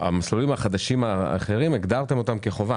המסלולים החדשים האחרים הגדרתם כחובה.